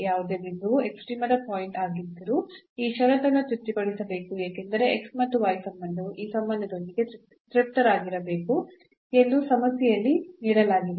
ಯಾವುದೇ ಬಿಂದುವು ಎಕ್ಸ್ಟ್ರೀಮದ ಪಾಯಿಂಟ್ ಆಗಿದ್ದರೂ ಈ ಷರತ್ತನ್ನು ತೃಪ್ತಿಪಡಿಸಬೇಕು ಏಕೆಂದರೆ ಮತ್ತು ಸಂಬಂಧವು ಈ ಸಂಬಂಧದೊಂದಿಗೆ ತೃಪ್ತರಾಗಿರಬೇಕು ಎಂದು ಸಮಸ್ಯೆಯಲ್ಲಿ ನೀಡಲಾಗಿದೆ